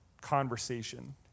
conversation